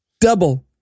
Double